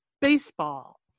baseball